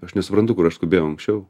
aš nesuprantu kur aš skubėjau anksčiau